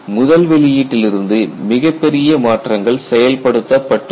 முதல் வெளியீட்டிலிருந்து மிகப்பெரிய மாற்றங்கள் செயல்படுத்தப்பட்டுள்ளன